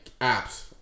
apps